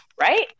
right